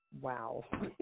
wow